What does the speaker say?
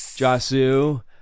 Jasu